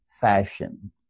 fashion